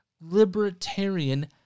libertarian